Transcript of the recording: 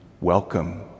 welcome